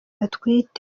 batwite